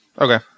Okay